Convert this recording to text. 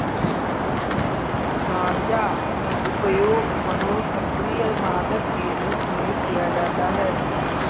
गांजा उपयोग मनोसक्रिय मादक के रूप में किया जाता है